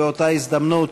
באותה הזדמנות